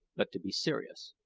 but to be serious,